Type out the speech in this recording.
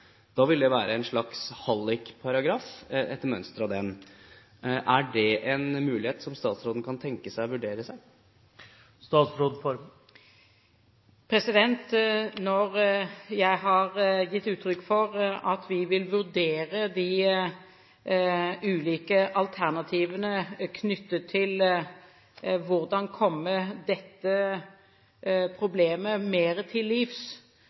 Da vil det være en slags hallikparagraf – etter mønster av den. Er det en mulighet som statsråden kan tenke seg å vurdere? Når jeg har gitt uttrykk for at vi vil vurdere de ulike alternativene knyttet til hvordan komme dette problemet mer til livs,